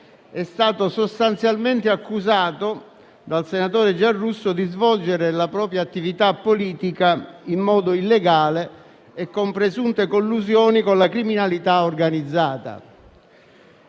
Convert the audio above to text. è stato sostanzialmente accusato dal senatore Giarrusso di svolgere la propria attività politica in modo illegale e con presunte collusioni con la criminalità organizzata.